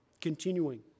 continuing